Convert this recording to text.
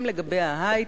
גם לגבי ההיי-טק.